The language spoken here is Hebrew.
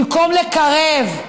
במקום לקרב,